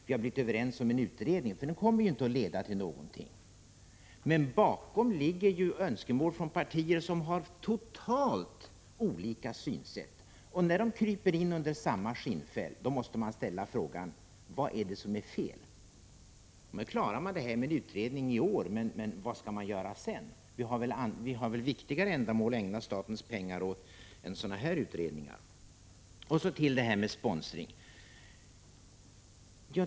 Vi har blivit överens om en utredning, och den kommer ju inte att leda till någonting. Men bakom ligger önskemål från partier som har totalt olika synsätt. När de kryper in under samma skinnfäll, då måste man ställa frågan: Vad är det som är fel? Nu löser majoriteten den här frågan i år genom att föreslå en utredning. Men vad skall ske sedan? Vi har väl viktigare ändamål att satsa statens pengar på än sådana här utredningar. Sedan har vi diskussionen om sponsring.